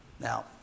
Now